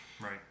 Right